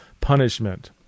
punishment